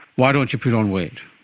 why don't you put on weight?